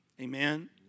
Amen